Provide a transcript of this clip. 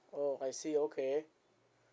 oh I see okay